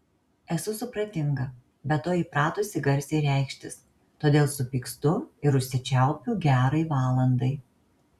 esu supratinga be to įpratusi garsiai reikštis todėl supykstu ir užsičiaupiu gerai valandai